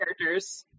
characters